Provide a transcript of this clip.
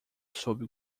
sob